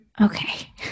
Okay